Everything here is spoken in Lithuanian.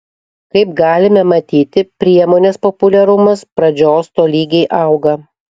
kaip galime matyti priemonės populiarumas pradžios tolygiai auga